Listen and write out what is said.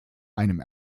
einem